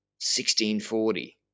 1640